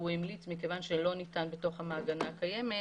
מכיוון שלא ניתן בתוך המעגנה הקיימת,